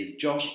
Josh